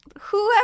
whoever